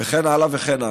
וכן הלאה וכן הלאה.